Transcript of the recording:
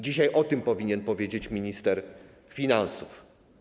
Dzisiaj o tym powinien powiedzieć minister finansów.